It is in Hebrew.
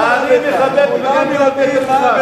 אני מכבד את מבקר המדינה יותר ממך,